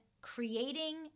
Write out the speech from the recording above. creating